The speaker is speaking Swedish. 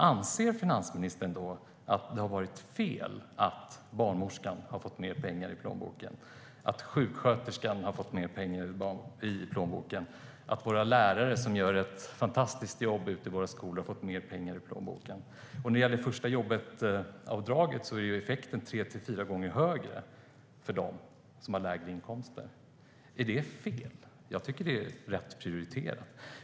Anser finansministern att det har varit fel att barnmorskan, att sjuksköterskan och att lärare, som gör ett fantastiskt jobb i våra skolor, har fått mer pengar i plånboken? När det gäller första-jobbet-avdraget är effekten tre till fyra gånger högre för dem som har lägre inkomster. Är det fel? Jag tycker att det är rätt prioriterat.